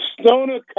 Stoner